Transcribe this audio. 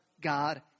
God